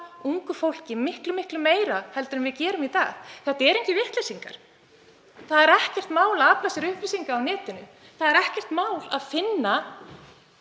ungu fólki miklu meira en við gerum í dag. Ungmenni eru engir vitleysingar. Það er ekkert mál að afla sér upplýsinga á netinu. Það er ekkert mál að finna